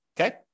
Okay